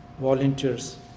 volunteers